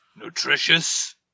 Nutritious